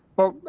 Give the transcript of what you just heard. well,